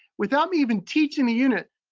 without me even teaching the unit,